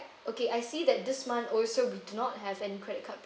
okay I see that this month also we do not have any credit card